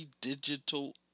Digital